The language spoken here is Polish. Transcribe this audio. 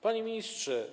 Panie Ministrze!